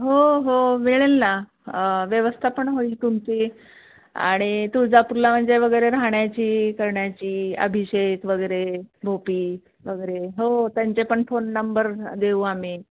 हो हो मिळेल ना व्यवस्था पण होईल तुमची आणि तुळजापूरला म्हणजे वगैरे राहण्याची करण्याची अभिषेक वगैरे भोपी वगैरे हो त्यांचे पण फोन नंबर देऊ आम्ही